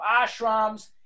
ashrams